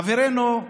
חברנו,